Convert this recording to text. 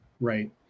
right